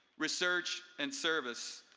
research and service.